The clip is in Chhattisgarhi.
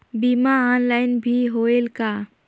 बीमा ऑनलाइन भी होयल का?